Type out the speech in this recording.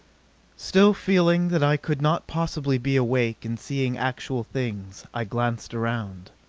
still feeling that i could not possibly be awake and seeing actual things, i glanced around.